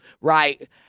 right